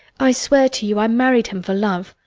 i swear to you i married him for love.